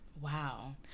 Wow